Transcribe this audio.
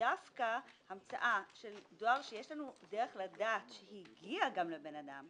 ודווקא המצאה של דואר שיש לנו דרך לדעת שהיא הגיעה גם לבן אדם,